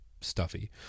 stuffy